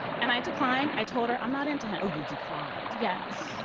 and i declined, i told her i'm not into him. oh, you declined? yes.